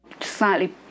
Slightly